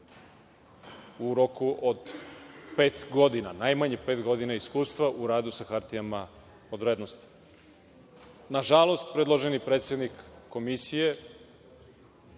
u roku od pet godina, najmanje pet godina iskustva u radu sa hartijama od vrednosti. Na žalost, predloženi predsednik Komisije